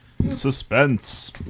Suspense